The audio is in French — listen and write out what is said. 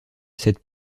cette